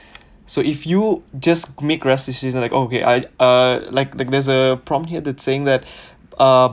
so if you just make rash decision like oh okay I uh like there's a prompt here that saying that uh